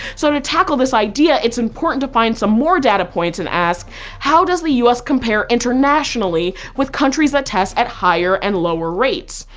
so to tackle this idea, it's important to find some more data points and ask how does the u s. compare internationally with countries that test at higher and lower rates?